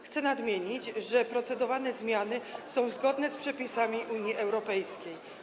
Chcę nadmienić, że procedowane zmiany są zgodne z przepisami Unii Europejskiej.